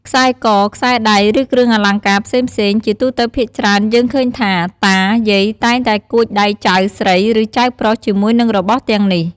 ខ្សែក៏ ខ្សែដៃ ឫ គ្រឿងអលង្ការផ្សេងៗ ជាទូទៅភាគច្រើនយើងឃើញថាតា យាយតែងតែគួចដៃចៅស្រី ឫ ចៅប្រុសជាមួយនឹងរបស់ទាំងនេះ។